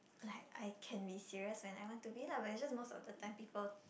like I can be serious and I want to be lah but it's just most of the time people